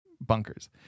bunkers